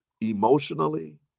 emotionally